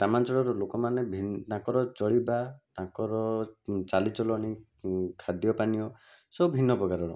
ଗ୍ରାମାଞ୍ଚଳର ଲୋକମାନେ ଭିନ୍ନ ତାଙ୍କର ଚଳିବା ତାଙ୍କର ଚାଲି ଚଳଣି ଖାଦ୍ୟ ପାନୀୟ ସବୁ ଭିନ୍ନ ପ୍ରକାରର